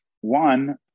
One